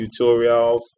tutorials